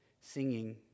singing